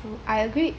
true I agree